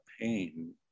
pain